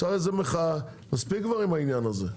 צריך איזו מחאה, ומספיק כבר עם העניין הזה.